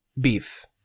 beef